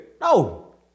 No